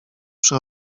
przy